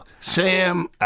Sam